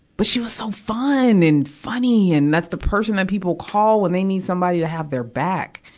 but she was so fun and funny! and that's the person that people call when they need somebody to have their back.